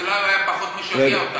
אז אולי הוא היה פחות משגע אותנו.